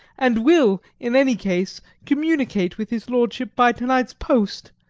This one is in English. and will, in any case, communicate with his lordship by to-night's post.